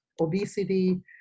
obesity